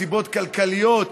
סיבות כלכליות,